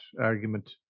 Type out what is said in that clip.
argument